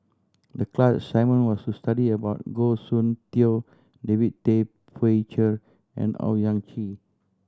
the class assignment was to study about Goh Soon Tioe David Tay Poey Cher and Owyang Chi